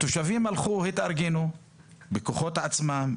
התושבים הלכו והתארגנו בכוחות עצמם,